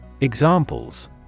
Examples